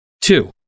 Two